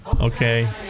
okay